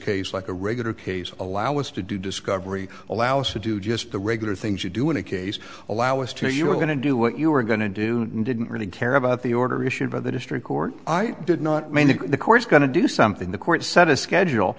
case like a regular case allow us to do discovery allow us to do just the regular things you do in a case allow us to tell you we're going to do what you were going to do and didn't really care about the order issued by the district court i did not mean that the court's going to do something the court set a schedule